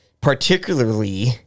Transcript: particularly